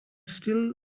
still